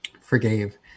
forgave